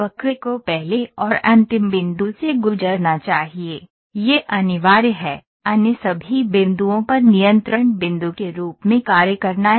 वक्र को पहले और अंतिम बिंदु से गुजरना चाहिए यह अनिवार्य है अन्य सभी बिंदुओं पर नियंत्रण बिंदु के रूप में कार्य करना है